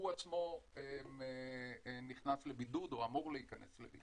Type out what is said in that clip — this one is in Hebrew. הוא עצמו נכנס לבידוד או אמור להיכנס לבידוד.